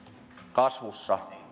kasvussa